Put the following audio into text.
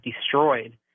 destroyed